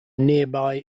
nearby